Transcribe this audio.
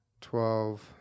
twelve